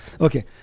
okay